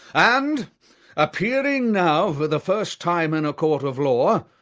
and appearing now for the first time in a court of law,